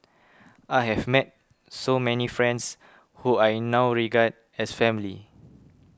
I have met so many friends who I now regard as family